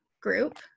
group